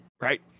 right